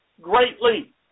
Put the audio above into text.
greatly